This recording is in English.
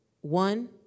one